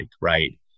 right